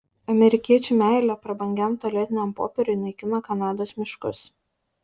amerikiečių meilė prabangiam tualetiniam popieriui naikina kanados miškus